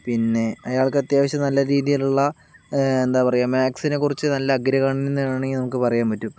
പിന്നെ അയാൾക്കത്യാവശ്യം നല്ലരീതിലുള്ള എന്താ പറയുക മാക്സിനെ കുറിച്ച് നല്ല അഗ്രഗണ്യൻ എന്ന് വേണമെങ്കിൽ നമുക്ക് പറയാൻ പറ്റും